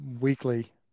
weekly